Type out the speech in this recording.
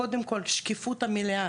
קודם כל זה נותן שקיפות מלאה